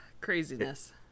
craziness